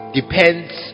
depends